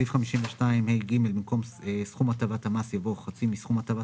בסעיף 52ה(א), במקום "חמש שנים" יבוא "עשר שנים".